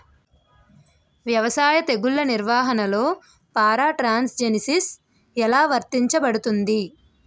వ్యవసాయ తెగుళ్ల నిర్వహణలో పారాట్రాన్స్జెనిసిస్ఎ లా వర్తించబడుతుంది?